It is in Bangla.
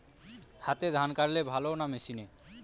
হাতে ধান কাটলে ভালো না মেশিনে?